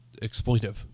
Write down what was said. exploitive